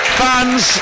fans